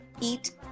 eat